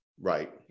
Right